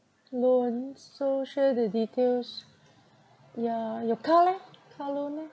loans so share the details yeah your car leh car loan eh